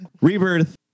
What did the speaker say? Rebirth